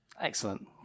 excellent